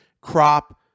crop